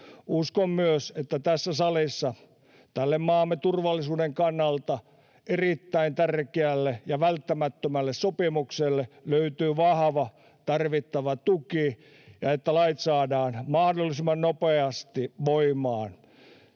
Uskon myös, että tässä salissa tälle maamme turvallisuuden kannalta erittäin tärkeälle ja välttämättömälle sopimukselle löytyy vahva tarvittava tuki, ja että lait saadaan mahdollisimman nopeasti voimaan.